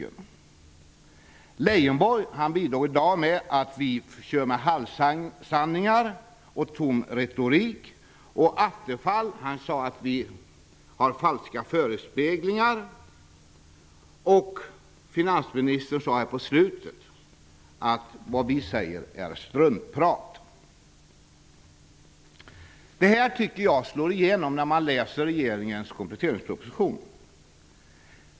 Lars Leijonborg bidrag i dag med att vi kör med halvsanningar och tom retorik, och Stefan Attefall sade att vi har falska förespeglar. På slutet sade finansministern här att vad vi säger är struntprat. Detta tycker jag slår igenom när man läser regeringens kompletteringsproposition.